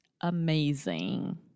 amazing